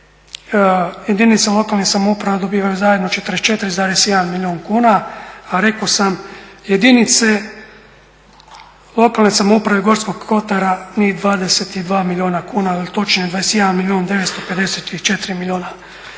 jedince lokalne samouprave dobivaju zajedno 44,1 milijun kuna, a rekao sam jedinice lokalne samouprave Gorskog kotara njih 22 milijuna kuna, ili točnije 21 milijun 954 milijuna.